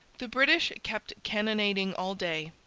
the british kept cannonading all day.